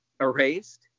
erased